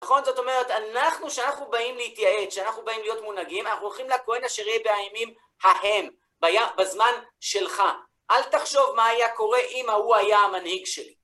נכון? זאת אומרת, אנחנו, כשאנחנו באים להתייעץ, כשאנחנו באים להיות מונהגים, אנחנו הולכים לכהן אשר יהיה בימים ההם, בזמן שלך. אל תחשוב מה היה קורה אם ההוא היה המנהיג שלי.